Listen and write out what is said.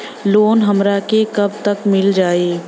Loan हमरा के कब तक मिल जाई?